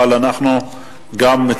אבל אנחנו גם,